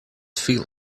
feel